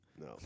No